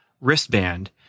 wristband